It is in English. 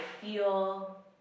feel